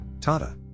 Tata